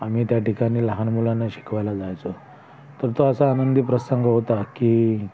आम्ही त्या ठिकाणी लहान मुलांना शिकवायला जायचो तर तो असा आनंदी प्रसंग होता की